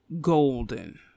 golden